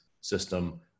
system